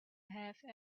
have